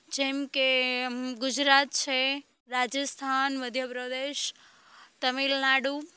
જેમકે ગુજરાત છે રાજસ્થાન મધ્ય પ્રદેશ તમિલ નાડુ